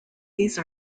these